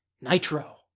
nitro